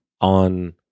On